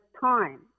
time